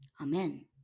Amen